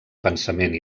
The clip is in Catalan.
pensament